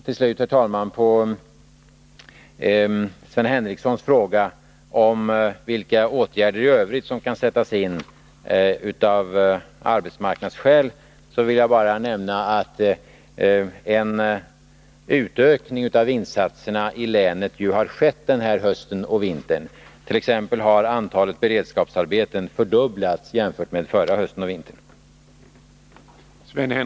Till sist, herr talman, med anledning av Sven Henricssons fråga om vilka åtgärder i övrigt som kan sättas in av arbetsmarknadsskäl, vill jag bara nämna att en utökning av insatserna i länet ju har skett den här hösten och vintern. Antalet beredskapsarbeten har t.ex. fördubblats jämfört med antalet förra hösten och vintern.